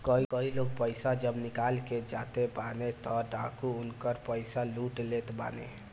कई लोग पईसा जब निकाल के जाते बाने तअ डाकू उनकर पईसा लूट लेत बाने